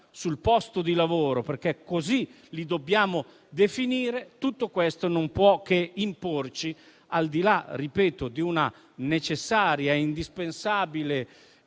sul posto di lavoro (perché così li dobbiamo definire), tutto questo non può che imporci - al di là, lo ribadisco, di una necessaria, indispensabile